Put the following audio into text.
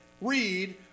read